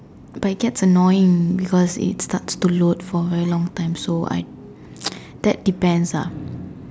but it gets annoying because it starts to load for a very long time so I that depends ah